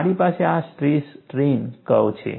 મારી પાસે આ સ્ટ્રેસ સ્ટ્રેઇન કર્વ છે